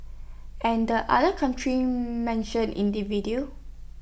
and the other country mention in the video